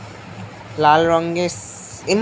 লাল রঙের সিমের একটি ধরন যাকে কিডনি বিন বলে